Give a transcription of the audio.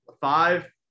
five